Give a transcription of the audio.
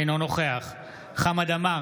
אינו נוכח חמד עמאר,